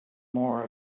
more